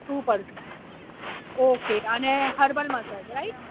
two person okay અને herbal massage right